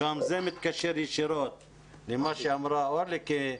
זה מתקשר ישירות למה שאמרה אורלי, כי הרי